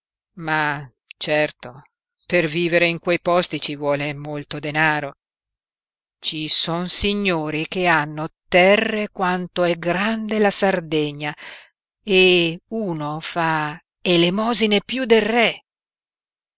ma certo per vivere in quei posti ci vuole molto denaro ci son signori che hanno terre quanto è grande la sardegna e uno fa elemosine piú del re